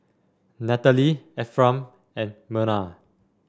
Nathalie Ephram and Myrna